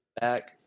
back